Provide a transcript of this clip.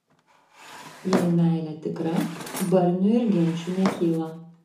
jei meilė tikra barnių ir ginčų nekyla